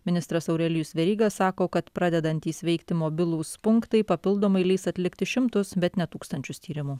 ministras aurelijus veryga sako kad pradedantys veikti mobilūs punktai papildomai leis atlikti šimtus bet ne tūkstančius tyrimų